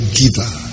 giver